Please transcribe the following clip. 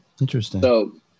Interesting